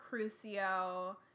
Crucio